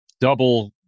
double